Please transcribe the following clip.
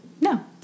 No